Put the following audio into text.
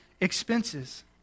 expenses